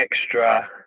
extra